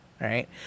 right